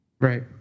right